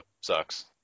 sucks